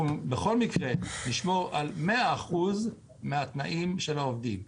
אנחנו בכל מקרה נשמור על 100% מהתנאים של העובדים,